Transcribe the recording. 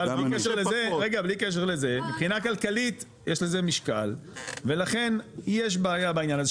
אבל בלי קשר לזה מבחינה כלכלית יש לזה משקל ולכן יש בעיה בעניין הזה,